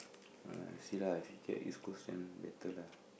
ah see lah if he get East-Coast then better lah